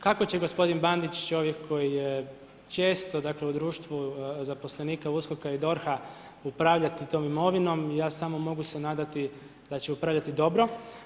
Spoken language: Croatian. Kako će gospodin Bandić, čovjek koji je često u društvu zaposlenika USKOK-a i DORH-a upravljati tom imovinom, ja samo mogu se nadati da će upravljati dobro.